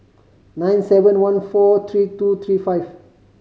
nine seven one four three two three five